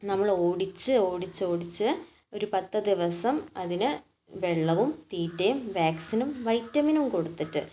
നമ്മൾ ഓടിച്ച് ഓടിച്ച് ഓടിച്ച് ഒരു പത്ത് ദിവസം അതിന് വെള്ളവും തീറ്റയും വാക്സിനും വൈറ്റമിനും കൊടുത്തിട്ട്